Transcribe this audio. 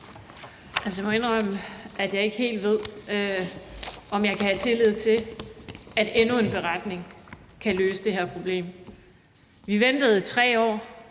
Jeg må indrømme, at jeg ikke helt ved, om jeg kan have tillid til, at endnu en beretning kan løse det her problem. Vi ventede i 3 år